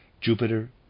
Jupiter